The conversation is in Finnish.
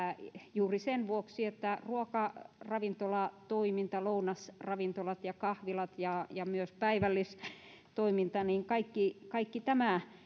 juuri sen vuoksi että ruokaravintolatoiminta lounasravintolat ja kahvilat ja ja myös päivällistoiminta kaikki kaikki tämä